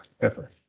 pepper